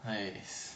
!hais!